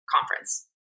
conference